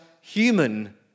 human